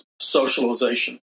socialization